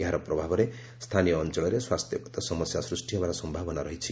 ଏହାର ପ୍ରଭାବରେ ସ୍ଥାନୀୟ ଅଞ୍ଚଳରେ ସ୍ୱାସ୍ଥ୍ୟଗତ ସମସ୍ୟା ସୃଷ୍ଟି ହେବାର ସମ୍ଭାବନା ରହିଛି